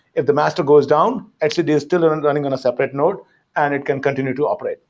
if the master goes down, etcd is still um and running on a separate node and it can continue to operate.